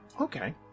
Okay